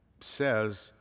says